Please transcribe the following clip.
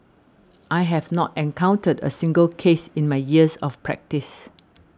I have not encountered a single case in my years of practice